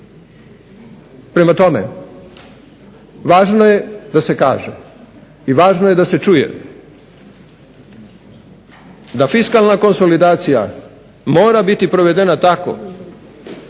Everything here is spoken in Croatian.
Prema tome, važno je da se kaže i važno je da se čuje da fiskalna konsolidacija mora biti provedena tako